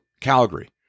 Calgary